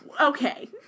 okay